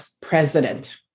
president